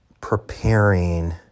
preparing